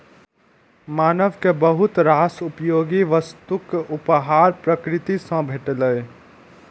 मानव कें बहुत रास उपयोगी वस्तुक उपहार प्रकृति सं भेटलैए